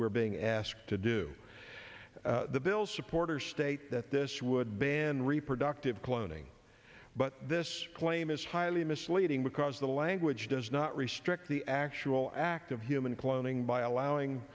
we're being asked to do the bill supporters state that this would ban reproductive cloning but this claim is highly misleading because the language does not restrict the actual act of human cloning by allowing